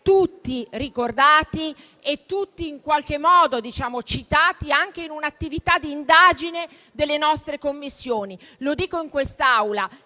tutti ricordati e tutti citati anche in un'attività di indagine delle nostre Commissioni. Lo dico in quest'Aula